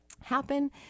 happen